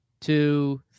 two